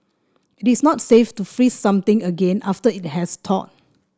it is not safe to freeze something again after it has thawed